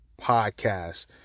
Podcast